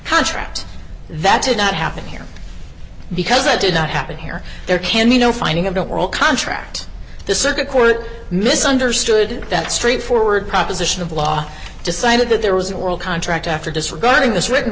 contract that did not happen here because it did not happen here there can you know finding of don't roll contract the circuit court misunderstood that straightforward proposition of law decided that there was a world contract after disregarding this written